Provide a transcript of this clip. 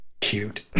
cute